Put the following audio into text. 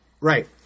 Right